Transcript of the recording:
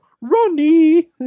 Ronnie